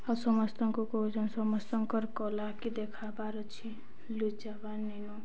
ଆଉ ସମସ୍ତଙ୍କୁ କହୁଚନ୍ ସମସ୍ତଙ୍କର କଲାକେ ଦେଖାବାର୍ ଅଛେ ଲୁଚାବାର୍ ନେଇନ